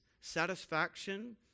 satisfaction